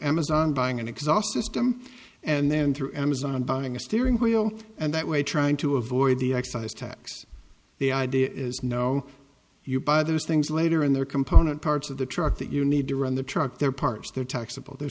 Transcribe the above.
amazon buying an exhaust system and then through amazon buying a steering wheel and that way trying to avoid the excise tax the idea is no you buy those things later in their component parts of the truck that you need to run the truck their parts their taxable the